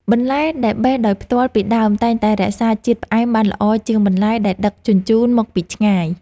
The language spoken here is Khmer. បន្លែដែលបេះដោយផ្ទាល់ពីដើមតែងតែរក្សាជាតិផ្អែមបានល្អជាងបន្លែដែលដឹកជញ្ជូនមកពីឆ្ងាយ។